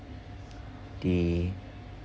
the